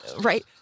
right